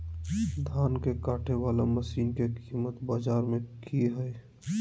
धान के कटे बाला मसीन के कीमत बाजार में की हाय?